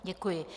Děkuji.